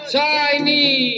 tiny